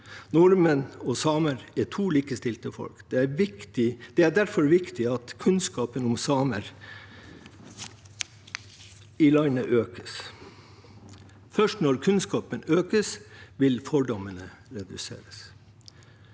Nordmenn og samer er to likestilte folk. Det er derfor viktig at kunnskapen om samer i landet økes. Først når kunnskapen økes, vil fordommene reduseres.